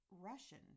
Russian